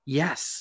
yes